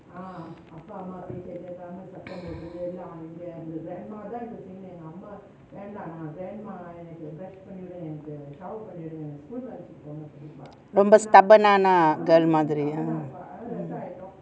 ரொம்ப:romba stubborn மாதிரி:mathiri